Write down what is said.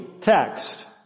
text